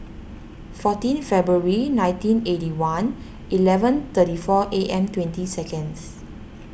fourteen February nineteen eighty one eleven thirty four A M twenty seconds